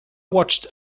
watched